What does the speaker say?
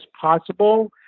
possible